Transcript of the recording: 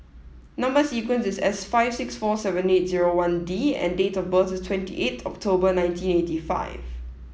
number sequence is S five six four seven eight zero one D and date of birth is twenty eight October nineteen eighty five